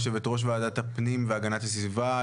יושבת-ראש ועדת הפנים והגנת הסביבה,